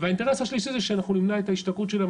והאינטרס השלישי הוא שאנחנו נמנע את ההשתקעות שלהם,